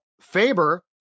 Faber